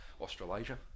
australasia